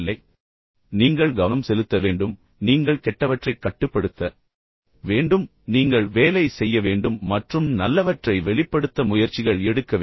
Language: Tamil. நீங்கள் செய்ய வேண்டியது என்னவென்றால் நீங்கள் கவனம் செலுத்த வேண்டும் நீங்கள் கெட்டவற்றைக் கட்டுப்படுத்த வேண்டும் ஆனால் நீங்கள் வேலை செய்ய வேண்டும் மற்றும் நல்லவற்றை வெளிப்படுத்த முயற்சிகள் எடுக்க வேண்டும்